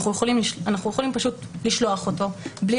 אנחנו יכולים אנחנו יכולים פשוט לשלוח אותו בלי